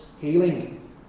healing